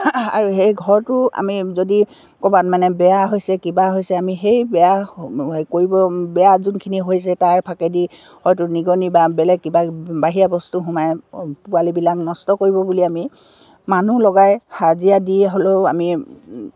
আৰু সেই ঘৰটো আমি যদি ক'বাত মানে বেয়া হৈছে কিবা হৈছে আমি সেই বেয়া কৰিব বেয়া যোনখিনি হৈছে তাৰ ফাকেদি হয়তো নিগনি বা বেলেগ কিবা বাহিৰা বস্তু সোমাই পোৱালিবিলাক নষ্ট কৰিব বুলি আমি মানুহ লগাই হাজিৰা দি হ'লেও আমি